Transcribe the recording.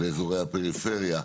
באזורי הפריפריה,